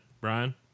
Brian